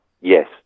yes